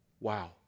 wow